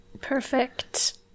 Perfect